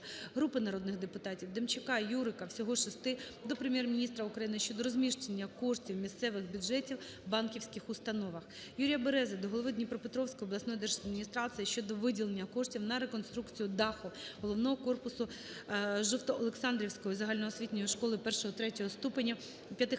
Групи народних депутатів (Демчака, Юрика. Всього 6) до Прем'єр-міністра України щодо розміщення коштів місцевих бюджетів в банківських установах. Юрія Берези до голови Дніпропетровської обласної держадміністрації щодо виділення коштів на реконструкцію даху головного корпусуЖовтоолександрівської загальноосвітньої школи I-III ступенів